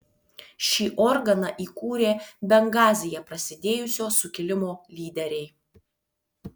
šį organą įkūrė bengazyje prasidėjusio sukilimo lyderiai